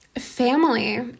family